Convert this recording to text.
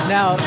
Now